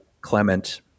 Clement